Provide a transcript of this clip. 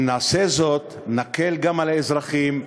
אם נעשה זאת, נקל על האזרחים,